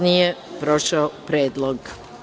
Nije prošao predlog.